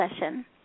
session